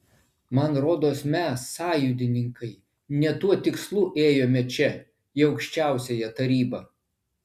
man rodos mes sąjūdininkai ne tuo tikslu ėjome čia į aukščiausiąją tarybą